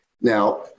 Now